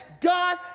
God